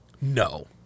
No